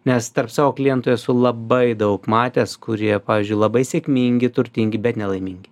nes tarp savo klientų esu labai daug matęs kurie pavyzdžiui labai sėkmingi turtingi bet nelaimingi